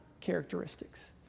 characteristics